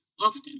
often